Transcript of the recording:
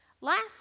Last